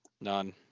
None